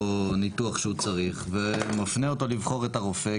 ניתוח שהוא צריך ומפנה אותו לבחור את הרופא.